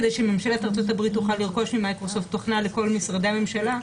כדי שממשלת ארצות-הברית תוכל לרכוש ממייקרוסופט תוכנה לכל משרדי הממשלה,